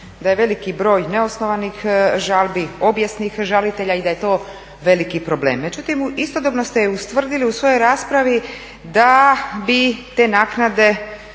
da je veliki broj neosnovanih žalbi, obijesnih žalitelja i da je to veliki problem. Međutim, istodobno ste ustvrdili u svojoj raspravi da bi te naknade